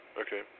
Okay